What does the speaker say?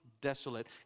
desolate